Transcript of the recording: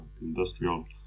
industrial